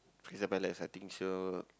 Crystal-Palace exciting [siol]